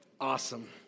awesome